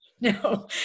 No